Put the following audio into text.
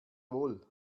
wohl